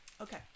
Okay